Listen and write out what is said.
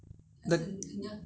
the